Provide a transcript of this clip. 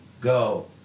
go